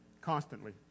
Constantly